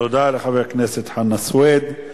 תודה לחבר הכנסת חנא סוייד.